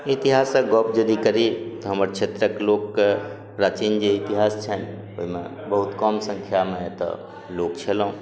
इतिहासक गप यदि करी तऽ हमर क्षेत्रक लोकके प्राचीन जे इतिहास छनि ओहिमे बहुत कम संख्यामे एतऽ लोक छलहुॅं